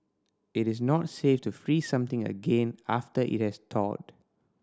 it is not safe to freeze something again after it has thawed